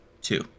Two